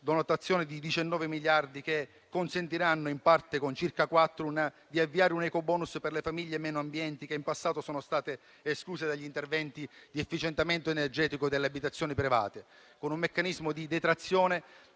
dotazione di 19 miliardi, destinando circa 4 miliardi all'avvio di un ecobonus per le famiglie meno abbienti che in passato sono state escluse dagli interventi di efficientamento energetico delle abitazioni private, con un meccanismo di detrazione